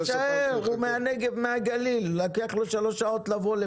השר לפיתוח הפריפריה, הנגב והגליל עודד פורר: